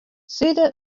side